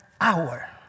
hour